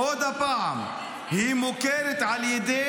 עוד פעם, היא מוכרת על ידי